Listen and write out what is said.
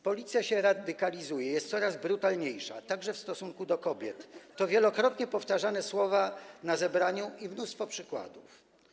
Policja się radykalizuje, jest coraz brutalniejsza, także w stosunku do kobiet - to wielokrotnie powtarzane na zebraniu słowa i mnóstwo przykładów.